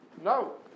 no